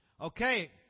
Okay